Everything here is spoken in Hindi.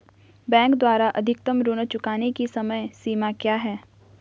बैंक द्वारा अधिकतम ऋण चुकाने की समय सीमा क्या है?